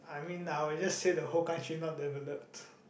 I mean I would just say the whole country is not developed